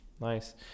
nice